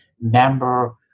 member